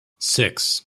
six